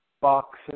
boxes